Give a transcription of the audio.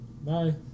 Bye